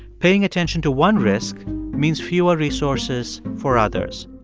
paying attention to one risk means fewer resources for others.